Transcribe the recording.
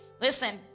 Listen